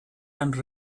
and